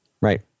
right